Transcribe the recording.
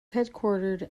headquartered